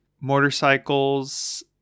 motorcycles